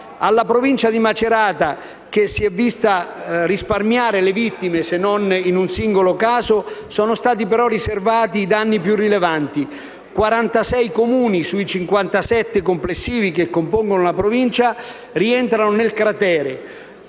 Alla Provincia di Macerata, che si è vista risparmiare le vittime (se non in un singolo caso), sono stati però riservati i danni più rilevanti: 46 Comuni, sui 57 complessivi che compongono la Provincia, rientrano nel cratere;